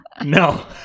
No